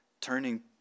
turning